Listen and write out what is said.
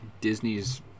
Disney's